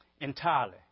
entirely